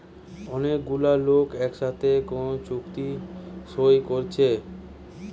অনেক গুলা লোক একসাথে কোন চুক্তি সই কোরছে